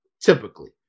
typically